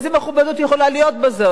איזה מכובדות יכולה להיות בזה?